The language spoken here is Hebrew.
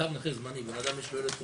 תו נכה זמני, בן אדם יש לו ילד נכה,